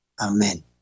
amen